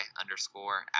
underscore